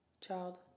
child